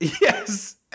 Yes